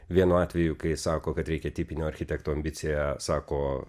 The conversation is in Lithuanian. vienu atveju kai sako kad reikia tipinio architekto ambicija sako